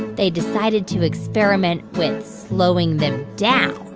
they decided to experiment with slowing them down